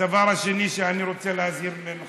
הדבר השני שאני רוצה להזהיר ממנו,